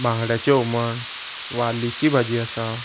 बांगड्याचें हुमण वालीची भाजी आसा